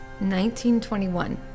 1921